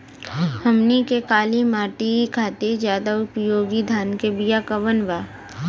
हमनी के काली माटी खातिर ज्यादा उपयोगी धान के बिया कवन बा?